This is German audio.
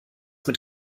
mit